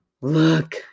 Look